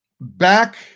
Back